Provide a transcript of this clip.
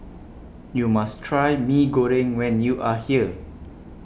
YOU must Try Mee Goreng when YOU Are here